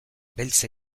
beltz